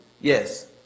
Yes